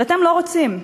אבל אתם לא רוצים.